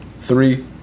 Three